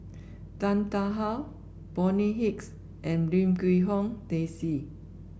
Tan Tarn How Bonny Hicks and Lim Quee Hong Daisy